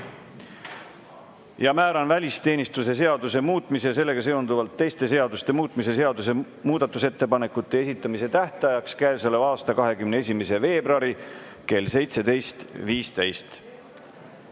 Määran välisteenistuse seaduse muutmise ja sellega seonduvalt teiste seaduste muutmise seaduse muudatusettepanekute esitamise tähtajaks käesoleva aasta 21. veebruari kell 17.15.